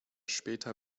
später